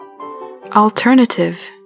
Alternative